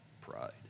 Pride